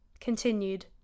continued